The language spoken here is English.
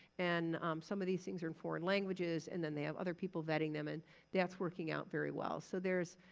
and some of these things are in foreign languages and then they have other people vetting them and that's working out very well. so there's,